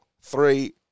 three